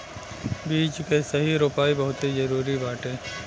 बीज कअ सही रोपाई बहुते जरुरी बाटे